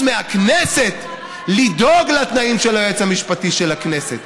מהכנסת לדאוג לתנאים של היועץ המשפטי של הכנסת,